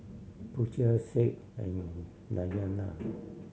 Putra Said and Dayana